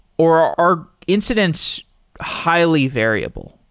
or are incidents highly variable?